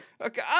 okay